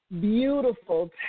beautiful